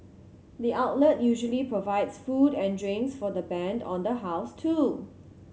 the outlet usually provides food and drinks for the band on the house too